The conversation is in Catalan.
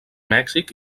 mèxic